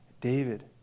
David